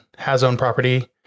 hasOwnProperty